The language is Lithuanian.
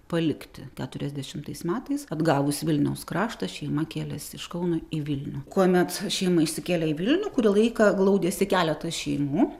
palikti keturiasdešimtais metais atgavus vilniaus kraštą šeima kėlėsi iš kauno į vilnių kuomet šeima išsikėlė į vilnių kurį laiką glaudėsi keletas šeimų